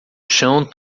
chão